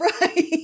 Right